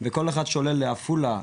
וכל אחד שעולה לעפולה,